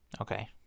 Okay